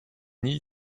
nie